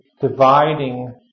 dividing